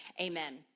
amen